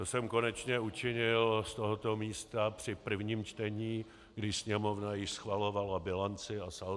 To jsem konečně učinil z tohoto místa při prvním čtení, když Sněmovna již schvalovala bilanci a saldo.